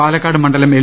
പാലക്കാട് മണ്ഡലം എൽ